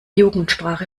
jugendsprache